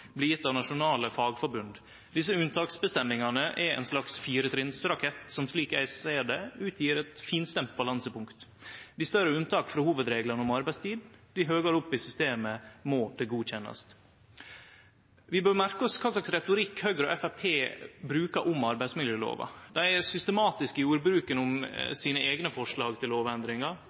blir gjevne av nasjonale fagforbund. Desse unntaksbestemmingane er ein slags firetrinnsrakett som, slik eg ser det, utgjer eit finstemt balansepunkt. Di større unntak frå hovudreglane om arbeidstid, di høgare opp i systemet må det godkjennast. Vi bør merke oss kva slag retorikk Høgre og Framstegspartiet bruker om arbeidsmiljølova. Dei er systematiske i ordbruken om sine eigne forslag til lovendringar: